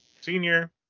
senior